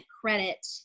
credit